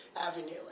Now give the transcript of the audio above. avenue